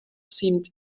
seemed